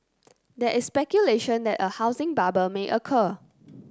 there is speculation that a housing bubble may occur